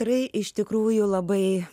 tai iš tikrųjų labai